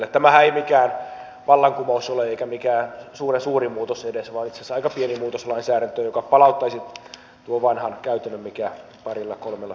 tämähän ei mikään vallankumous ole eikä mikään suuren suuri muutos edes vaan itse asiassa aika pieni muutos lainsäädäntöön joka palauttaisi tuon vanhan käytännön mikä parilla kolmella festivaalilla oli